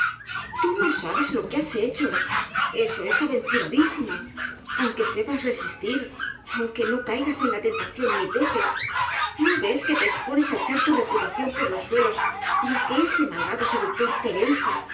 tú no sabes lo que has hecho eso es aventuradísimo aunque se pas resistir aunque no caigas en la tentación ni peques no ves que te expones á echar tu reputa ción por los suelos y á que ese malvado seductor